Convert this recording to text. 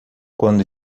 quando